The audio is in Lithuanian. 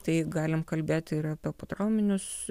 tai galim kalbėti ir apie potrauminius